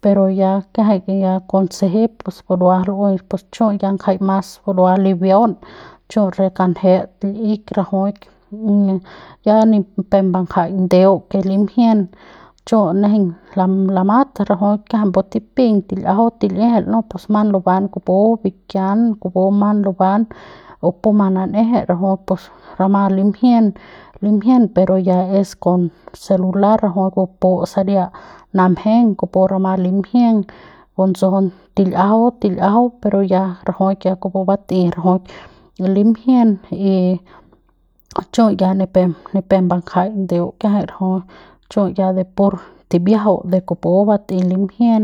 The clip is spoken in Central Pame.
Pero ya kiajai ya kon sejep burua lu'ui pus chu ya ngjai ma burua libiaun chu re kanjet l'ik rajuik ya ni pep bangjai ndeu ke limjien chu nejeiñ la lamat rajuik kiajai pu tipiñ til'iajau til'iejel no pus manuban kupu bikian kupu maluban o puma nan'eje rajuik pus ramat limjien limjien pero ya es kon celular rama buput saria namjen kupu rama limjien butsjun til'iajau til'iajau pero ya rajuik ya kupu bat'ei rajuik ya limjien y chu ya ni pep ni pep bnagjai ndeu kiajai rajui chu ya de pur timbiajau de kupu batei limjien